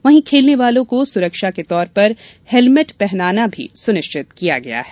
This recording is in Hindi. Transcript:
वहीं खेलने वालों को सुरक्षा के तौर पर हेलमेट पहनना भी सुनिश्चित किया गया है